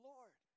Lord